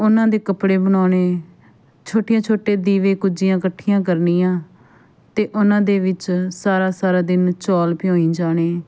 ਉਹਨਾਂ ਦੇ ਕੱਪੜੇ ਬਣਾਉਣੇ ਛੋਟੀਆਂ ਛੋਟੇ ਦੀਵੇ ਕੁੱਜੀਆਂ ਇਕੱਠੀਆਂ ਕਰਨੀਆਂ ਅਤੇ ਉਹਨਾਂ ਦੇ ਵਿੱਚ ਸਾਰਾ ਸਾਰਾ ਦਿਨ ਚੌਲ ਭਿਓਂਈ ਜਾਣੇ